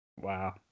Wow